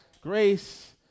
Grace